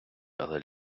але